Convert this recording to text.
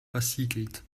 versiegelt